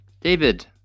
David